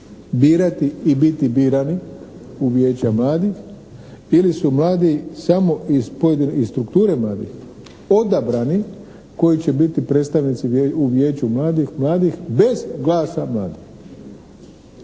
birati i biti birani u vijeća mladih ili su mladi samo iz strukture mladih odabrani koji će biti predstavnici u vijeću mladih bez glasa mladih.